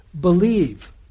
believe